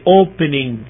opening